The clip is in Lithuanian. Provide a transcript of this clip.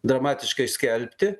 dramatiškai skelbti